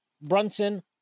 Brunson